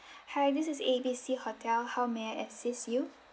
hi this is A B C hotel how may I assist you